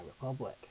Republic